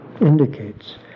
indicates